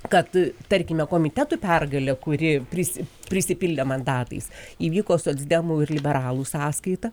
kad tarkime komitetų pergalė kuri prisi prisipildė mandatais įvyko socdemų ir liberalų sąskaita